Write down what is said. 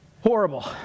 horrible